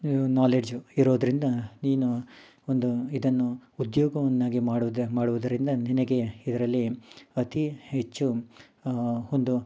knowledge ಇರೋದರಿಂದ ನೀನು ಒಂದು ಇದನ್ನು ಉದ್ಯೋಗವನ್ನಾಗಿ ಮಾಡುವುದ ಮಾಡುವುದರಿಂದ ನಿನಗೆ ಇದರಲ್ಲಿ ಅತೀ ಹೆಚ್ಚು ಒಂದು